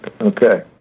Okay